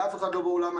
לאף אחד לא ברור למה.